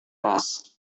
keras